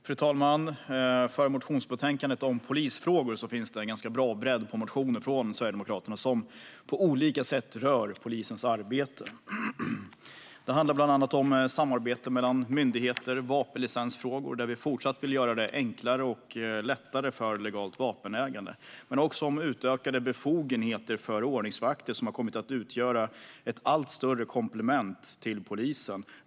Fru talman! För motionsbetänkandet om polisfrågor finns det en ganska bra bredd på motioner från Sverigedemokraterna vilka på olika sätt rör polisens arbete. Det handlar bland annat om samarbete mellan myndigheter och vapenlicensfrågor. Vi vill fortsatt göra det enklare för legalt vapenägande. Vi vill också ge utökade befogenheter till ordningsvakter, som har kommit att utgöra ett allt större komplement till polisen.